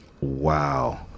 Wow